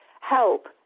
help